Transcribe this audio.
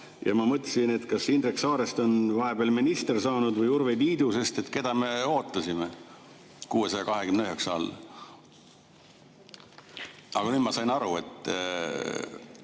Ja ma mõtlesin, kas Indrek Saarest on vahepeal minister saanud või Urve Tiidusest, et keda me ootasime 629 all? Aga nüüd ma sain aru, et